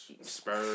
Spurs